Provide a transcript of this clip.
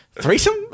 Threesome